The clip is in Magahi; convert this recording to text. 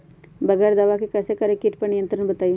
बगैर दवा के कैसे करें कीट पर नियंत्रण बताइए?